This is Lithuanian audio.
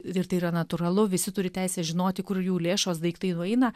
ir tai yra natūralu visi turi teisę žinoti kur jų lėšos daiktai nueina